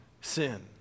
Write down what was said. sin